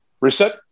reset